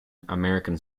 american